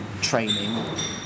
training